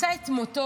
מצא את מותו,